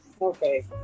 okay